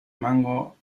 mango